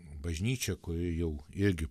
bažnyčia kuri jau irgi